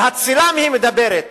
להצילם היא מדברת,